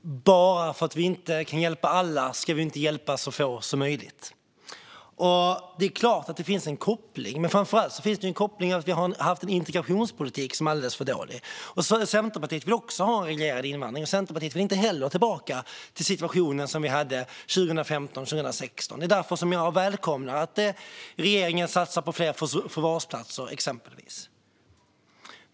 Fru talman! Bara för att vi inte kan hjälpa alla ska vi inte hjälpa så få som möjligt. Det är klart att det finns en koppling, men framför allt finns det en koppling till att vi har haft en integrationspolitik som är alldeles för dålig. Centerpartiet vill också ha en reglerad invandring. Centerpartiet vill inte heller tillbaka till den situation vi hade 2015 och 2016. Det är därför jag välkomnar att regeringen satsar på fler förvarsplatser exempelvis.